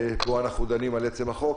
בו אנחנו נדון על עצם החוק,